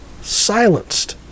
silenced